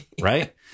Right